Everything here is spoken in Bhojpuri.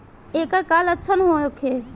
ऐकर का लक्षण होखे?